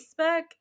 Facebook